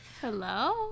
Hello